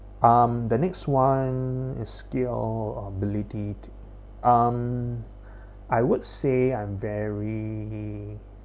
um the next one is skill or ability to um I would say I'm very